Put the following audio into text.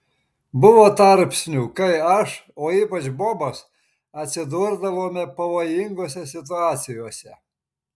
buvo tarpsnių kai aš o ypač bobas atsidurdavome pavojingose situacijose